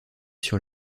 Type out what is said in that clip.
sur